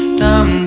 dum